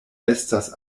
estas